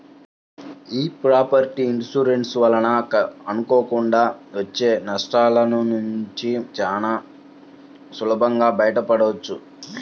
యీ property insurance వలన అనుకోకుండా వచ్చే నష్టాలనుంచి చానా సులభంగా బయటపడొచ్చు